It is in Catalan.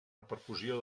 repercussió